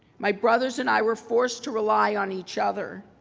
my brothers and i were forced to rely on each other,